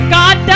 god